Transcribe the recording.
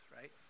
right